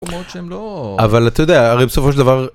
אבל אתה יודע הרי בסופו של דבר.